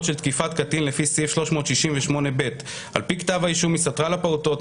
של תקיפת קטין לפי סעיף 368ב. על פי כתב האישום היא סטרה לפעוטות,